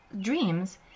dreams